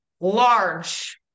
large